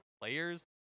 players